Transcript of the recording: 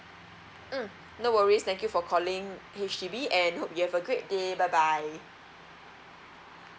mm no worries thank you for calling H_D_B and hope you have a great day bye bye